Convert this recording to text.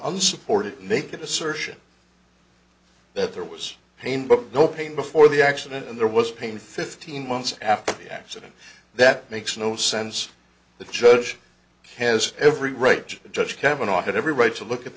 unsupported naked assertion that there was pain but no pain before the action and there was pain fifteen months after the action that makes no sense the judge has every right to judge kavanaugh had every right to look at